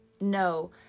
no